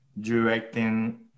directing